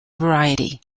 variety